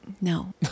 No